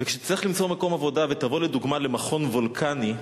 וכשתצטרך למצוא מקום עבודה ותבוא לדוגמה למכון וולקני,